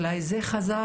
אולי זה חזר.